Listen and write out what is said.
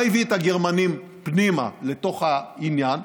מה הביא את הגרמנים פנימה לתוך העניין?